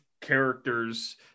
characters